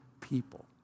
people